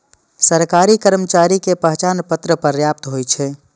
सरकारी कर्मचारी के पहचान पत्र पर्याप्त होइ छै